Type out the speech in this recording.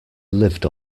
lived